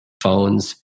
phones